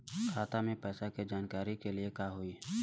खाता मे पैसा के जानकारी के लिए का होई?